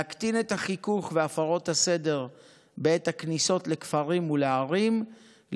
להקטין את החיכוך והפרות הסדר בעת הכניסות לכפרים ולערים,